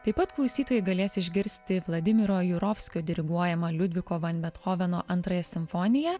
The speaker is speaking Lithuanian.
taip pat klausytojai galės išgirsti vladimiro jurovskio diriguojamą liudviko van bethoveno antrąją simfoniją